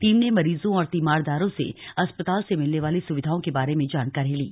team ने मरीजों और तीमारदारों से अस्पताल से मिलने वाली सुविधाओं के बारे में जानकारी ली